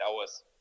hours